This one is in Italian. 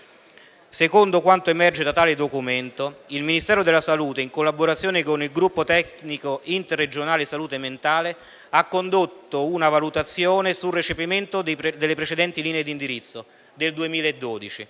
secondo quanto emerge da tale documento, il Ministero della salute in collaborazione con il Gruppo tecnico interregionale salute Mentale (GISM) ha condotto una valutazione sul recepimento delle precedenti linee d'indirizzo (del 2012),